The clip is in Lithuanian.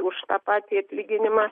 už tą patį atlyginimą